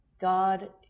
God